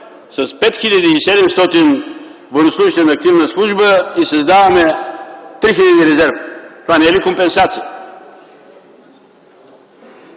с 5700 военнослужещи на активна служба и създаваме 3 хиляди резерв?! Това не е ли компенсация?